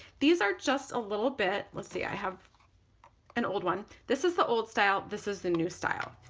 these are just a little bit, let's see i have an old one, this is the old style, this is the new style.